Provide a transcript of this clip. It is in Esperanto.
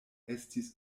estis